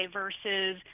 versus